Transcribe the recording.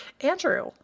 Andrew